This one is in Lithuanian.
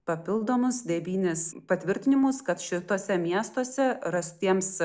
papildomus devynis patvirtinimus kad šituose miestuose rastiems